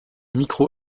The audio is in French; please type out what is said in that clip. micro